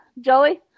Joey